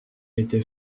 été